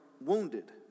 wounded